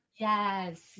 Yes